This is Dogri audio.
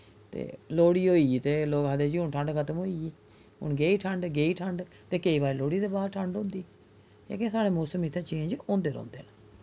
ते लोह्ड़ी होई ते लोक आखदे ए जी हून ठंड खत्म होई गेई हून गेई ठंड गेई ठंड ते केईं बारी लोह्ड़ी दे बाद ठंड होंदी लेकिन साढ़े मौसम इत्थै चेंज होंदे रौंह्दे न